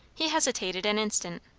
he hesitated an instant,